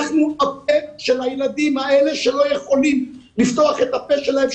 אנחנו הפֶּה של הילדים האלה שלא יכולים לפתוח את הפה שלהם,